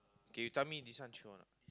okay you tell me this one true or no